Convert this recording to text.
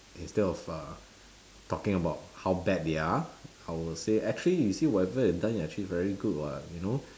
instead of uh talking about how bad they are I will say actually you see whatever you have done you are actually very good [what] you know